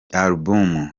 album